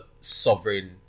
sovereign